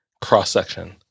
cross-section